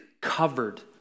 covered